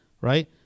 right